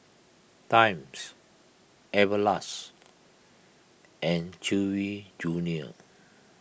Times Everlast and Chewy Junior